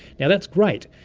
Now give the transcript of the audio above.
yeah that's great.